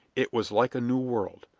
it was like a new world,